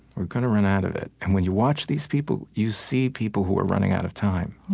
we're going to run out of it. and when you watch these people, you see people who are running out of time.